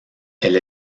elle